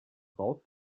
frau